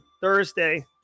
Thursday